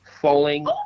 falling